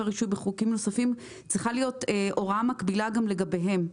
וצריכה להיות הוראה מקבילה גם לגביהם.